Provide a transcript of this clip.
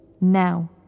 Now